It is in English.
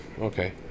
Okay